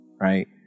right